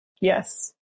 Yes